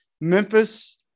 Memphis